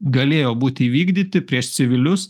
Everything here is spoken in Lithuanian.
galėjo būti įvykdyti prieš civilius